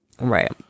right